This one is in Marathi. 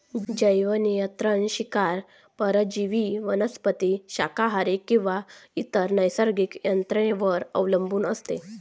जैवनियंत्रण शिकार परजीवी वनस्पती शाकाहारी किंवा इतर नैसर्गिक यंत्रणेवर अवलंबून असते